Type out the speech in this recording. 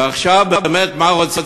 ועכשיו מה רוצים,